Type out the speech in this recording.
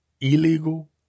illegal